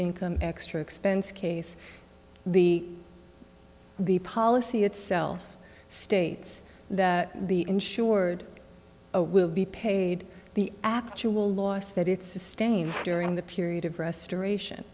income extra expense case the the policy itself states that the insured a will be paid the actual loss that it sustains during the period of restoration